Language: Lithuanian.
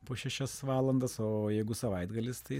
po šešias valandas o jeigu savaitgalis tai